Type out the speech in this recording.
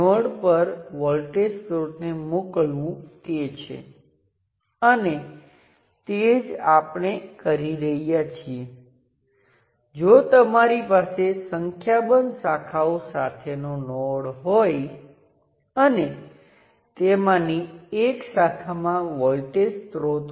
અને તમારી પાસે થેવેનિન સમકક્ષ અથવા તમારી n સર્કિટ સમકક્ષ થેવેનિન સમકક્ષ છે અને આ રીતે તમે Vth નું મૂલ્ય નક્કી કરો છો તમે એક અને એક પ્રાઇમ વચ્ચે ઓપન સર્કિટ મુકો છો હંમેશા અહીં મળતો વોલ્ટેજને માપો